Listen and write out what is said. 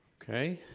ok.